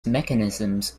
mechanisms